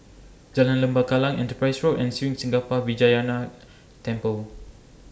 Jalan Lembah Kallang Enterprise Road and Sri Senpaga Vinayagar Temple